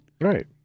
Right